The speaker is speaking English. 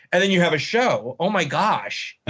and then you have a show. oh, my gosh.